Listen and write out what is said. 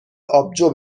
آبجو